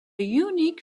unique